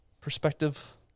Perspective